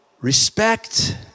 respect